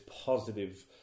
positive